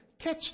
catch